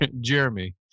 Jeremy